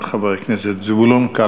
את תהיי ח"כית נהדרת, ואני אוהבת אותך.